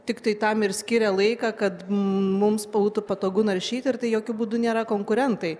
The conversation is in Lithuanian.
tiktai tam ir skiria laiką kad mums būtų patogu naršyti ir tai jokiu būdu nėra konkurentai